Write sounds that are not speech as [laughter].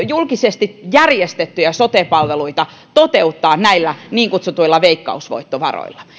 [unintelligible] julkisesti järjestettyjä sote palveluita toteuttaa näillä niin kutsutuilla veikkausvoittovaroilla